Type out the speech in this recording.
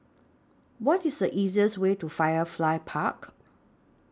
What IS The easiest Way to Firefly Park